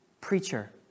preacher